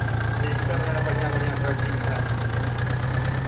यही सब है बढ़ियाँ बढ़ियाँ क्वालिटी में है